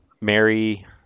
Mary